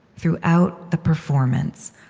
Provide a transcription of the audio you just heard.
throughout the performance,